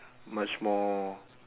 much more